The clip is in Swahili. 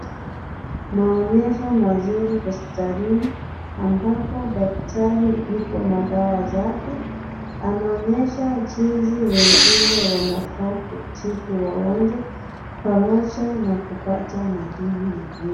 Maonyesho mazuri hospitalini ambapo daktari yuko na dawa zake. Anaonyesha jinsi wengine wanafaa kutibu wagonjwa pamoja na kupata madini mwilini.